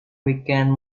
weekend